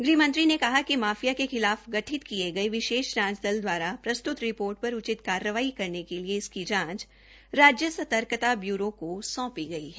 ग़हमंत्री ने कहा कि माफिया के खिलाफ गठित किये गये विशेष जांच दल द्वारा प्रस्त्त रिपोर्ट पर उचित कार्रवाई करने के लिए जांच राज्य सर्तकता ब्यूरो को सौंपी गई है